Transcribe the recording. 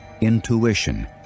intuition